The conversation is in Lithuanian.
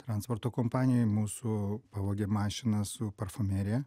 transporto kompanijoj mūsų pavogė mašiną su parfumerija